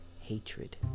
hatred